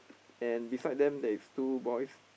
and beside them there is two boys